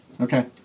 Okay